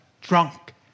drunk